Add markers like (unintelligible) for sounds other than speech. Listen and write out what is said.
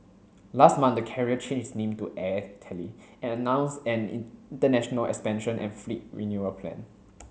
(noise) last month the carrier changed its name to Air Italy and announced an (unintelligible) international expansion and fleet renewal plan